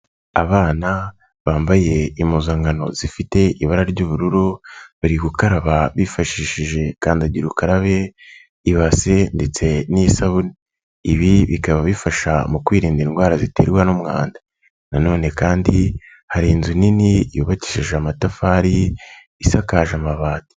Abana bambaye impuzankano zifite ibara ry'ubururu bari gukaraba bifashishije kandagira ukarabe, ibase ndetse n'isabune. Ibi bikaba bifasha mu kwirinda indwara ziterwa n'umwanda, nanone kandi hari inzu nini yubakishije amatafari isakaje amabati.